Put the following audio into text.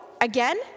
again